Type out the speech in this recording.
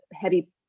heavy